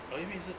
don't you mean 是